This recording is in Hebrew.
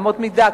אמות מידה,